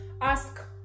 ask